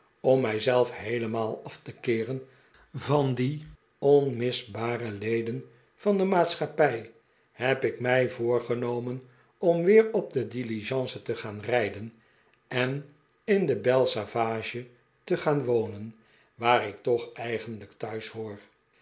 om mijzelf heelemaal af te keeren van die onmisbare leden van de maatschappij heb ik mij voorgenomen om weer op de diligence te gaan rijden en in de bell savage te gaan wonen waar ik toch eigenlijk thuis